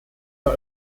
der